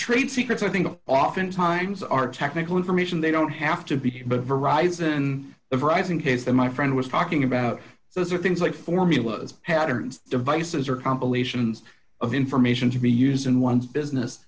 trade secrets i think often times are technical information they don't have to be but arisan of rising case that my friend was talking about those are things like formulas patterns devices or compilations of information to be used in one's business